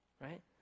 right